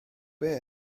beth